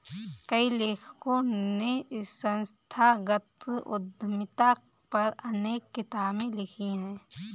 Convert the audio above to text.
कई लेखकों ने संस्थागत उद्यमिता पर अनेक किताबे लिखी है